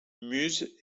muse